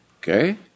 Okay